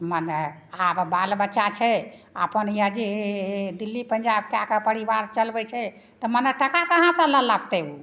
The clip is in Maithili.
मने अहाँके बाल बच्चा छै अपन यए जे दिल्ली पंजाब जा कऽ परिबार चलबै छै तऽ मने टका कहाँ सऽ लऽ आनतै ओ